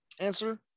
answer